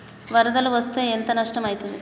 వరదలు వస్తే ఎంత నష్టం ఐతది?